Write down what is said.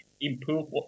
improve